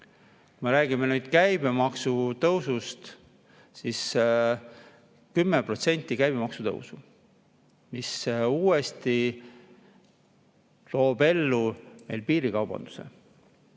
Kui me räägime käibemaksutõusust, siis 10% käibemaksu tõusu [äratab] uuesti ellu meil piirikaubanduse.